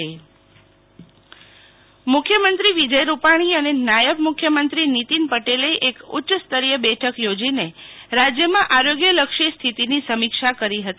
Sheetal Vaishnav corona શાળા college બંધ મુખ્યમંતરી વિજય રૂપાણી અને નાયબ મુખ્યમંત્રી નીતિન પટેલે એક ઉચ્ચ સ્તરીય બેઠક યોજીને રાજ્યમાં આરોગ્યલક્ષી સ્થીતિની સમીક્ષા કરી હતી